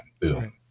Boom